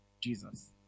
Jesus